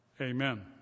amen